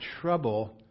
trouble